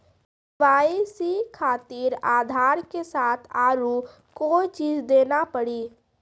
KYC खातिर आधार के साथ औरों कोई चीज देना पड़ी?